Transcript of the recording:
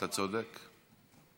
אתה צודק.